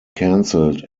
cancelled